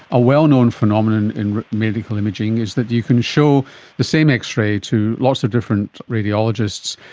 a well-known phenomenon in medical imaging is that you can show the same x-ray to lots of different radiologists,